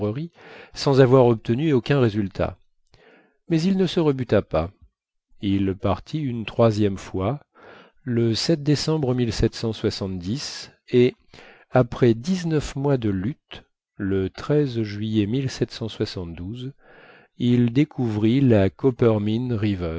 sans avoir obtenu aucun résultat mais il ne se rebuta pas il partit une troisième fois le décembre et après dix-neuf mois de luttes le juillet il découvrit la